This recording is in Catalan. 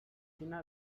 quina